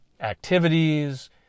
activities